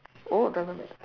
oh doesn't mat